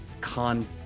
con